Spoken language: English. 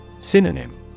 Synonym